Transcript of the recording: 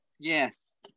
Yes